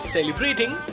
Celebrating